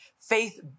faith